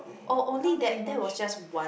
oh only that that was just one